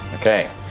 Okay